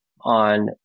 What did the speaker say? on